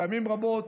פעמים רבות